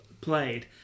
played